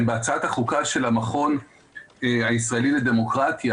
בהצעת החוקה של המכון הישראלי לדמוקרטיה.